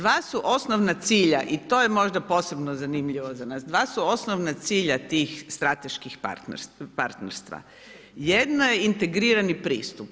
Dva su osnovna cilja i to je možda posebno zanimljivo za nas, dva su osnovna cilja tih strateških partnerstva, jedna je integrirani pristup.